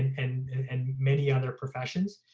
and and many other professions,